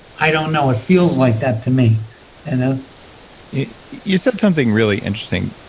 i don't know. it feels like that to me and ah you said something really interesting.